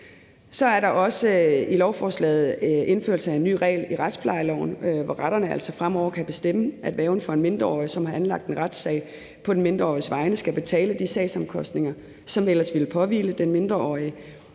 Så er der også i lovforslaget indførelse af en ny regel i retsplejeloven, hvor retterne altså fremover kan bestemme, at værgen for en mindreårig, som har anlagt en retssag på den mindreåriges vegne, skal betale de sagsomkostninger, som ellers ville påhvile den mindreårige.